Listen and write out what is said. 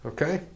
Okay